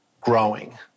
growing